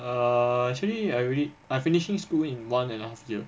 ah actually I really I finishing school in one and a half year